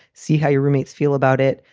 see how your roommates feel about it.